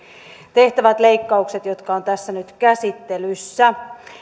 tehtävät leikkaukset jotka ovat tässä nyt käsittelyssä